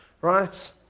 right